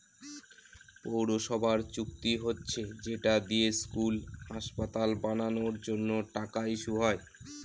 পৌরসভার চুক্তি হচ্ছে যেটা দিয়ে স্কুল, হাসপাতাল বানানোর জন্য টাকা ইস্যু হয়